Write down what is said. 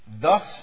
Thus